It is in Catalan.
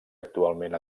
actualment